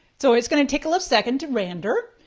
so it's gonna take a little second to render.